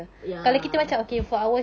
ya